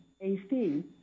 AC